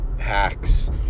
hacks